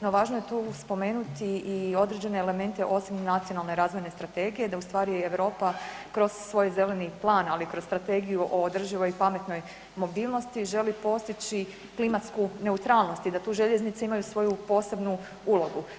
No važno je tu spomenuti i određene elemente osim nacionalne razvojne strategije da ustvari Europa kroz svoj zeleni plan, ali i kroz Strategiju o održivoj i pametnoj mobilnosti želi postići klimatsku neutralnost i da tu željeznice imaju svoju posebnu ulogu.